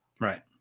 right